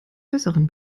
besseren